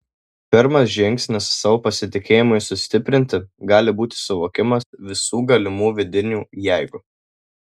pirmas žingsnis savo pasitikėjimui sustiprinti gali būti suvokimas visų galimų vidinių jeigu